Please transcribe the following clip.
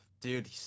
dude